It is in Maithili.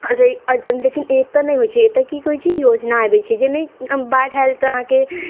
लेकिन एतऽ नहि होइ छै एतऽ की होइ छै योजना अबै छै जइमे बाढ़ि आयल तऽ अहाँके